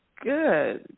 Good